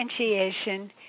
Differentiation